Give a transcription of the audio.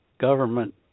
government